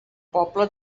poble